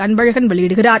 அன்பழகன் வெளியிடுகிறார்